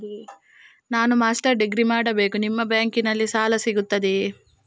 ನಾನು master degree ಮಾಡಬೇಕು, ನಿಮ್ಮ ಬ್ಯಾಂಕಲ್ಲಿ ಸಾಲ ಸಿಗುತ್ತದೆಯೇ?